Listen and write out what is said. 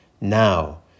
now